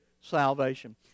salvation